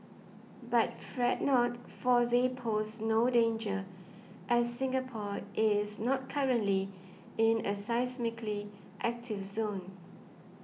but fret not for they pose no danger as Singapore is not currently in a seismically active zone